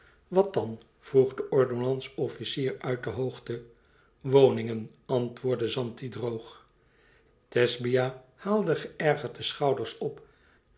wat dan vroeg de ordonnans-officier uit de hoogte woningen antwoordde zanti droog thesbia haalde geërgerd de schouders op